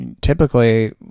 typically